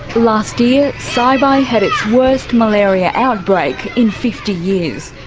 last year, saibai had its worst malaria outbreak in fifty years.